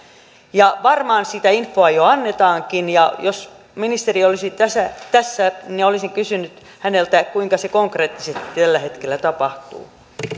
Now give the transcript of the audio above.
varmaan sitä infoa jo annetaankin ja jos ministeri olisi tässä tässä olisin kysynyt häneltä kuinka se konkreettisesti tällä hetkellä tapahtuu